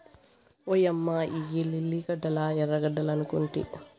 ఓయమ్మ ఇయ్యి లిల్లీ గడ్డలా ఎర్రగడ్డలనుకొంటి